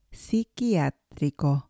psiquiátrico